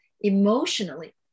emotionally